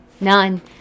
None